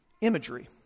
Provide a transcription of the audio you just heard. imagery